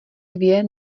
dvě